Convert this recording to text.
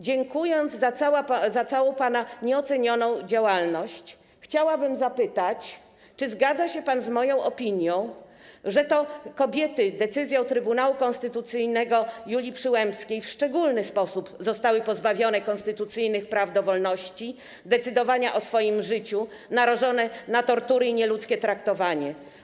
Dziękując za całą pana nieocenioną działalność, chciałabym zapytać: Czy zgadza się pan z moją opinią, że to kobiety decyzją Trybunału Konstytucyjnego Julii Przyłębskiej w szczególny sposób zostały pozbawione konstytucyjnych praw do wolności, decydowania o swoim życiu, narażone na tortury i nieludzkie traktowanie?